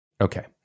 Okay